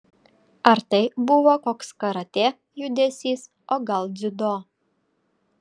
ar tai buvo koks karatė judesys o gal dziudo